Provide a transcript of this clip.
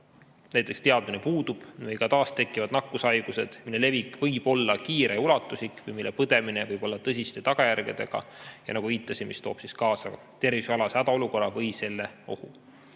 kohta teadmine puudub, kui ka taastekkivad nakkushaigused, mille levik võib olla kiire ja ulatuslik või mille põdemine võib olla tõsiste tagajärgedega ja, nagu viitasin, mis toovad kaasa tervishoiualase hädaolukorra või selle ohu.